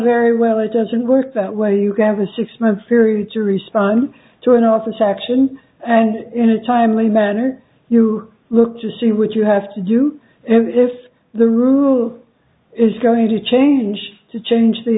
very well it doesn't work that way you can have a six month period to respond to an office action and in a timely manner you look to see what you have to do and if the rule is going to change to change the